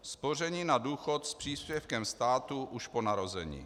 Spoření na důchod s příspěvkem státu už po narození.